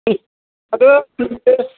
लादो सेरसे